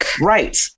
Right